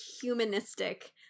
humanistic